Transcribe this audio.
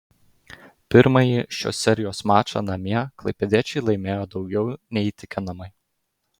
pirmąjį šios serijos mačą namie klaipėdiečiai laimėjo daugiau nei įtikinamai